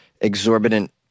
exorbitant